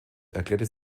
erklärte